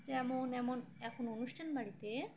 যেমন এমন এখন অনুষ্ঠান বাড়িতে